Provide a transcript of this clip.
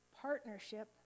partnership